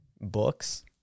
books